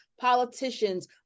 politicians